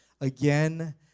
again